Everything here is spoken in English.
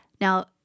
Now